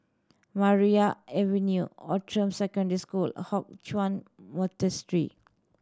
Maria Avenue Outram Secondary School Hock Chuan Monastery